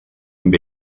amb